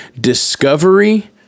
Discovery